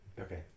Okay